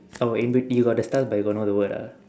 oh in bet~ you got the star but you got no the word ah